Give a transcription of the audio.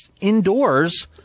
indoors